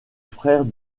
frère